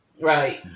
Right